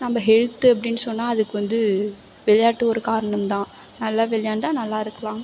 நம்ம ஹெல்த் அப்படின்னு சொன்னால் அதுக்கு வந்து விளையாட்டு ஒரு காரணோந்தான் நல்லா விளையாண்டா நல்லா இருக்கலாம்